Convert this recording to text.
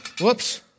Whoops